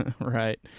Right